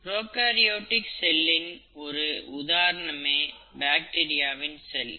prokaryotic செல்லின் ஒரு உதாரணமே பாக்டீரியாவின் செல்